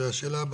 זו השאלה הבאה.